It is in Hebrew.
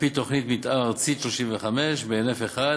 על-פי תוכנית מתאר ארצית 35 בהינף אחד,